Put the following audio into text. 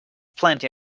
plenty